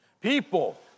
People